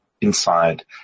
inside